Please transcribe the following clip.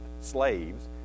slaves